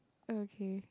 okay